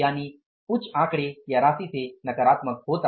यानि उच्च आंकड़े या राशि से नकारात्मक होता